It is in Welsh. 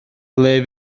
ble